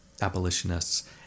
abolitionists